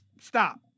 stop